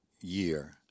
year